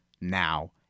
now